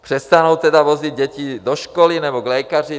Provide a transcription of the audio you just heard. Přestanou tedy vozit děti do školy nebo k lékaři?